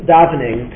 Davening